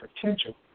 potential